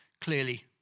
clearly